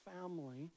family